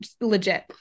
legit